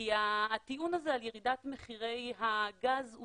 הטיעון הזה על ירידת מחירי הגז הוא